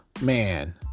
man